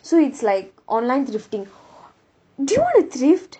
so it's like online thrifting do you wanna thrift